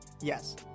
Yes